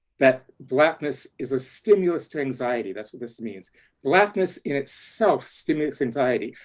that blackness is a stimulus to anxiety that's what this means blackness in itself stimulates anxiety,